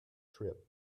trip